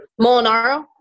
Molinaro